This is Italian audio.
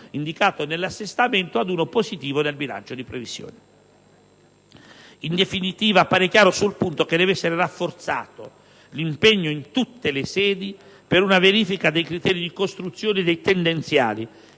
(indicato nell'assestamento) ad uno positivo (nel bilancio di previsione). In definitiva, appare chiaro sul punto che deve essere rafforzato l'impegno in tutte le sedi per una verifica dei criteri di costruzione dei tendenziali,